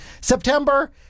September